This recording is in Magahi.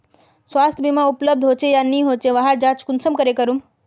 स्वास्थ्य बीमा उपलब्ध होचे या नी होचे वहार जाँच कुंसम करे करूम?